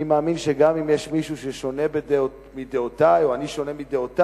אני מאמין שגם אם יש מישהו שדעותיו שונות מדעותי או שלי שונות מדעותיו,